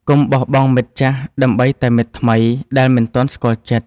កុំបោះបង់មិត្តចាស់ដើម្បីតែមិត្តថ្មីដែលមិនទាន់ស្គាល់ចិត្ត។